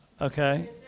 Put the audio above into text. Okay